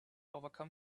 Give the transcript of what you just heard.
overcome